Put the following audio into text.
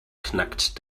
knackt